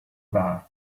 bath